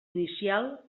inicial